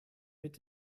mit